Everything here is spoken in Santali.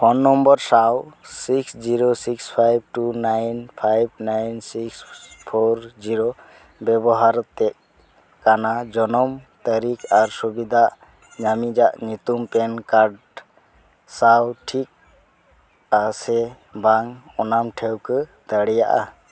ᱯᱷᱳᱱ ᱱᱚᱢᱵᱚᱨ ᱥᱟᱶ six zero six five two nine five nine six four zero ᱵᱮᱵᱚᱦᱟᱨ ᱟᱛᱮ ᱠᱟᱱᱟ ᱡᱚᱱᱚᱢ ᱛᱟᱹᱨᱤᱠᱷ ᱥᱩᱵᱤᱫᱷᱟ ᱧᱟᱢᱤᱡᱟᱜ ᱧᱩᱛᱩᱢ ᱯᱮᱱ ᱠᱟᱨᱰ ᱥᱟᱶ ᱴᱷᱤᱠᱼᱟ ᱥᱮ ᱵᱟᱝ ᱚᱱᱟᱢ ᱴᱷᱟᱹᱣᱠᱟᱹ ᱫᱟᱲᱮᱭᱟᱜᱼᱟ